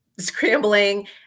scrambling